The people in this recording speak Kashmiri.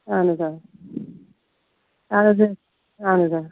اَہَن حظ آ اَہَن حظ اَہَن حظ آ